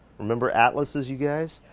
remember atlas as you guys?